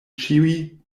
ĉiuj